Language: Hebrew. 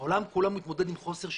העולם כולו מתמודד עם חוסר שיוון,